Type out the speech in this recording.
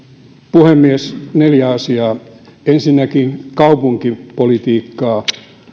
puhemies neljä asiaa ensinnäkin kaupunkipolitiikkaa